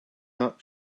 not